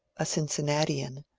a cincinnatian,